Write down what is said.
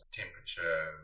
temperature